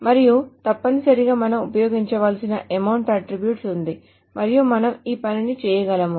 మరియు తప్పనిసరిగా మనం ఉపయోగించాల్సిన అమౌంట్ అట్ట్రిబ్యూట్ ఉంది మరియు మనం ఈ పనిని చేయగలము